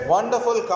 Wonderful